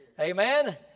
Amen